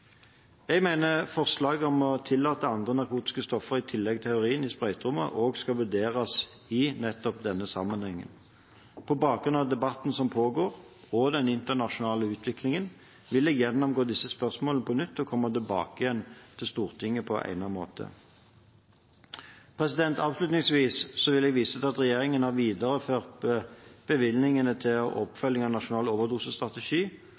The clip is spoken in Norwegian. Jeg mener forslaget om å tillate andre narkotiske stoffer i tillegg til heroin i sprøyterommet, også skal vurderes i nettopp denne sammenhengen. På bakgrunn av debatten som pågår, og den internasjonale utviklingen, vil jeg gjennomgå disse spørsmålene på nytt og komme tilbake igjen til Stortinget på egnet måte. Avslutningsvis vil jeg vise til at regjeringen har videreført bevilgningene til